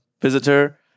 visitor